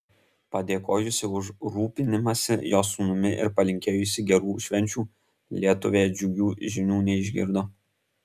padėkojusi už rūpinimąsi jos sūnumi ir palinkėjusi gerų švenčių lietuvė džiugių žinių neišgirdo